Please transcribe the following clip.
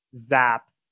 zap